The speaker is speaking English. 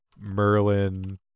Merlin